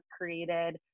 created